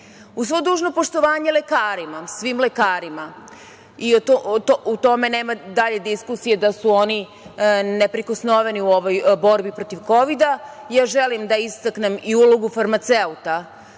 svo dužno poštovanje lekarima, svim lekarima, o tome nema dalje diskusije da su oni neprikosnoveni u ovoj borbi protiv Kovida, ja želim da istaknem i ulogu farmaceuta,